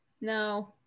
No